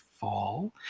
fall